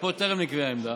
ופה טרם נקבעה עמדה,